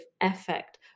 effect